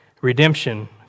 redemption